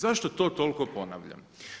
Zašto to toliko ponavljam?